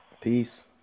Peace